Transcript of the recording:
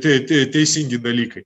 tie tie teisingi dalykai